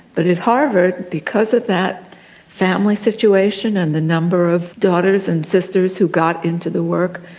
but at harvard, because of that family situation and the number of daughters and sisters who got into the work,